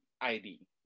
ID